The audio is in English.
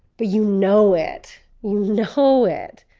but you know it you know it.